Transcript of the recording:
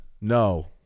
No